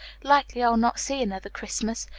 likely i'll not see another christmas.